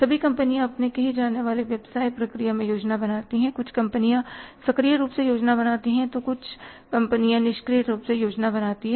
सभी कंपनियां अपने कहे जाने वाली व्यवसाय प्रक्रिया में योजना बनाती हैं कुछ कंपनियां सक्रिय रूप से योजना बनाती हैं कुछ लोग निष्क्रिय रूप से योजना बनाते हैं